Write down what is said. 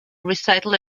recital